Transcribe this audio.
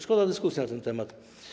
Szkoda dyskusji na ten temat.